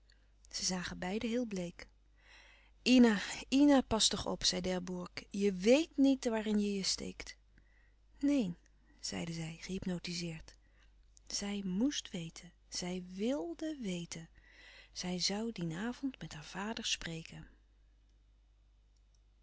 zij zagen beiden heel bleek ina ina pas toch op zei d'herbourg je wéet niet waarin je je steekt neen zeide zij gehypnotizeerd zij moest weten zij wilde weten zij zoû dien avond met haar vader spreken